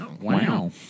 Wow